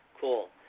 Cool